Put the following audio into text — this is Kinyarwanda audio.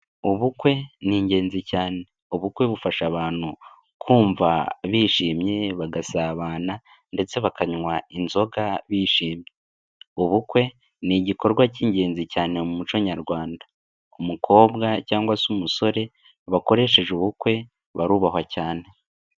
Ubukwe ni ingenzi cyane, ubukwe bufasha abantu kumva bishimye bagasabana ndetse bakanywa inzoga bishimye, ubukwe ni igikorwa cy'ingenzi cyane mu muco Nyarwanda, umukobwa cyangwa se umusore bakoresheje ubukwe barubahwa cyane.